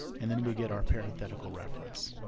and then we get our parenthetical reference.